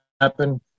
happen